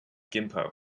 gimpo